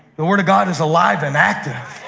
the word of god is alive and active.